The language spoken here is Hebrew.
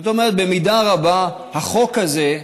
זאת אומרת, במידה רבה החוק הזה,